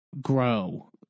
grow